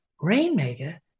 Rainmaker